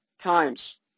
times